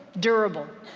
durable.